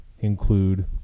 include